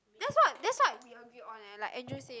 that's what that's what we agree on leh like Andrew say